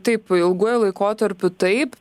taip ilguoju laikotarpiu taip